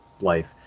life